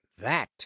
That